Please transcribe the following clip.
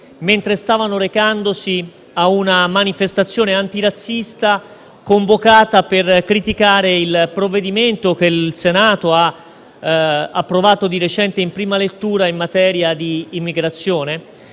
mentre si stavano recando a una manifestazione antirazzista convocata per criticare il provvedimento che il Senato ha approvato di recente, in prima lettura, in materia di immigrazione.